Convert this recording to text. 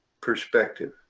perspective